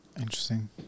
Interesting